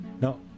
No